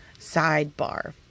Sidebar